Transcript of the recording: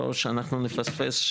ומעליה מגורים.